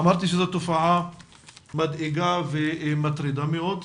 אמרתי שזאת תופעה מדאיגה ומטרידה מאוד.